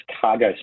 cargo